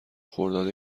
خرداد